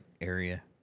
area